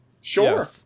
Sure